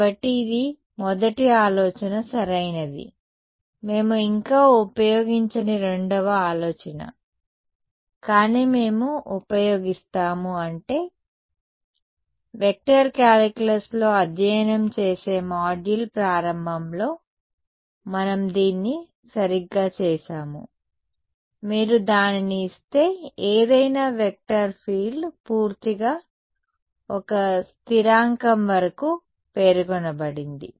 కాబట్టి ఇది మొదటి ఆలోచన సరైనది మేము ఇంకా ఉపయోగించని రెండవ ఆలోచన కానీ మేము ఉపయోగిస్తాము అంటే వెక్టర్ కాలిక్యులస్లో అధ్యయనం చేసే మాడ్యూల్ ప్రారంభంలో మనం దీన్ని సరిగ్గా చేసాము మీరు దానిని ఇస్తే ఏదైనా వెక్టర్ ఫీల్డ్ పూర్తిగా ఒక స్థిరాంకం వరకు పేర్కొనబడింది